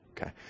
Okay